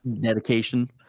dedication